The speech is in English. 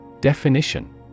Definition